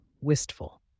wistful